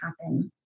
happen